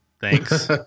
thanks